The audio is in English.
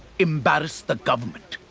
embarrass the government.